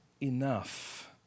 enough